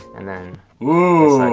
and then woooooo!